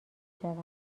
شوند